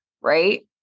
right